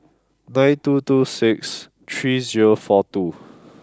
nine two two six three zero four two